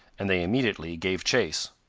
and they immediately gave chase.